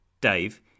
Dave